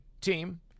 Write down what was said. team